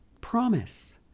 Promise